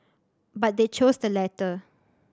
but they chose the latter